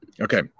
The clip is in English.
Okay